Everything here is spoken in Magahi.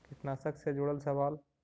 कीटनाशक से जुड़ल सवाल?